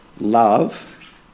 love